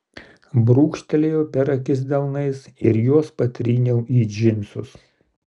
brūkštelėjau per akis delnais ir juos patryniau į džinsus